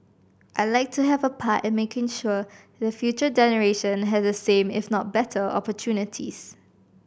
I'd like to have a part in making sure the future generation has the same if not better opportunities